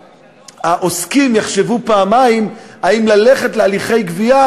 שהעוסקים יחשבו פעמיים אם ללכת להליכי גבייה,